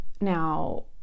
now